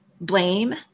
blame